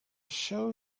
show